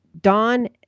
Don